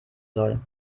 soll